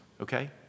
okay